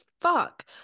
fuck